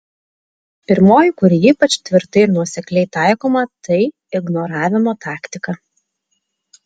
pirmoji kuri yra ypač tvirtai ir nuosekliai taikoma tai ignoravimo taktika